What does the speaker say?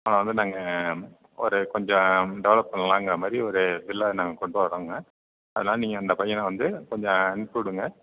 அவனை வந்து நாங்கள் ஒரு கொஞ்சம் டெவலப் பண்ணலாங்கிற மாதிரி ஒரு இதில் நாங்கள் கொண்டு வர்றோம்ங்க அதனால் நீங்கள் அந்த பையனை வந்து கொஞ்சம் அனுப்பிவிடுங்க